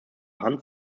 hand